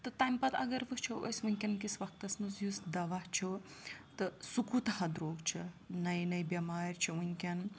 تہٕ تَمہِ پَتہٕ اگر وٕچھو أسۍ وٕنۍکٮ۪ن کِس وقتَس منٛز یُس دَوا چھُ تہٕ سُہ کوٗتاہ درٛوٚگ چھُ نَیہِ نَیہِ بٮ۪مارِ چھُ وٕنۍکٮ۪ن